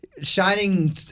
Shining